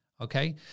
okay